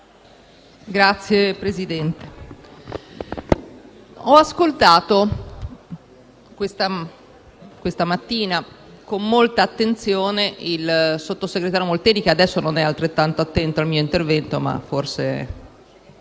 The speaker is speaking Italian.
Signor Presidente, ho ascoltato questa mattina con molta attenzione il sottosegretario Molteni, che adesso non è altrettanto attento al mio intervento.